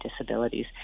disabilities